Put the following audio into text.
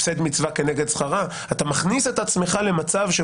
הפסד מצווה כנגד שכרה.